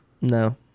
no